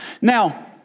Now